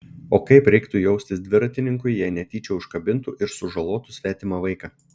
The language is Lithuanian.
o kaip reiktų jaustis dviratininkui jei netyčia užkabintų ir sužalotų svetimą vaiką